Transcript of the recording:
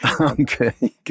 Okay